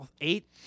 eight